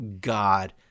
God